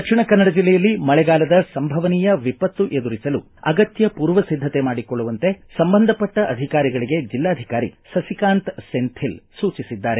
ದಕ್ಷಿಣ ಕನ್ನಡ ಜಿಲ್ಲೆಯಲ್ಲಿ ಮಳೆಗಾಲದ ಸಂಭವನೀಯ ವಿಪತ್ತು ಎದುರಿಸಲು ಅಗತ್ತ ಪೂರ್ವಸಿದ್ದತೆ ಮಾಡಿಕೊಳ್ಳುವಂತೆ ಸಂಬಂಧಪಟ್ಟ ಅಧಿಕಾರಿಗಳಿಗೆ ಜಿಲ್ಲಾಧಿಕಾರಿ ಸಸಿಕಾಂತ್ ಸೆಂಥಿಲ್ ಸೂಚಿಸಿದ್ದಾರೆ